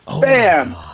Bam